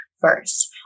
first